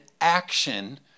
action